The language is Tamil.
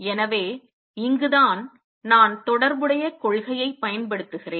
எனவே இங்குதான் நான் தொடர்புக் கொள்கையைப் பயன்படுத்துகிறேன்